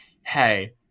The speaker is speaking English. hey